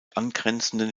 angrenzenden